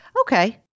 Okay